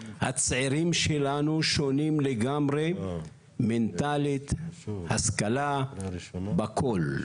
הצעירים שלנו שונים לגמרי מנטאלית, השכלה, בכל.